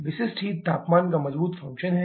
विशिष्ट हीट तापमान का मजबूत फंक्शन हैं